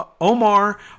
Omar